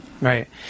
Right